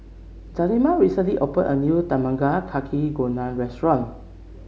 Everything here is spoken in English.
Zelma recently opened a new Tamago Kake Gohan restaurant